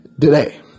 today